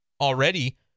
already